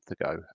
ago